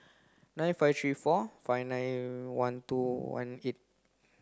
nine five three four five nine one two one eight